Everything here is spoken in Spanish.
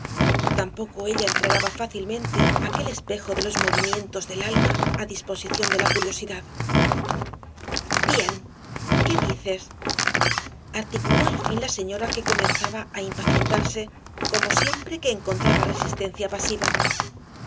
tampoco ella entregaba fácilmente aquel espejo de los movimientos del alma á disposición de la curiosidad bien qué dices articuló al fin la señora que comenzaba á impacientarse como siempre que encontraba resistencia pasiva